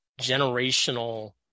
generational